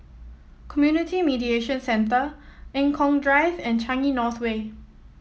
Community Mediation Centre Eng Kong Drive and Changi North Way